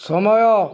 ସମୟ